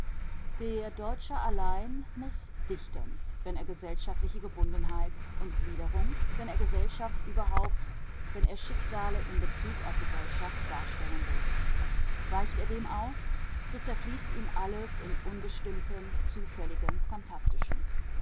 der deutsche allein muß dichten wenn er gesellschaftliche gebundenheit und gliederung wenn er gesellschaft überhaupt wenn er schicksale in bezug auf gesellschaft darstellen will weicht er dem aus so zerfließt ihm alles im unbestimmten zufälligen phantastischen